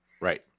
Right